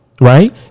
right